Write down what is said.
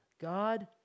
God